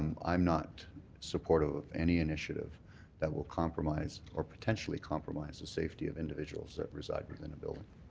i am not supportive of any initiative that will compromise or potentially compromise the safety of individuals that reside within a building.